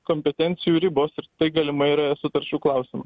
kompetencijų ribos ir tai galimai yra sutarčių klausimu